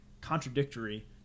contradictory